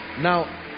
now